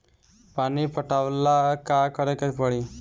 पानी पटावेला का करे के परी?